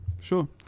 sure